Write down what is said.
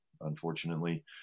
Unfortunately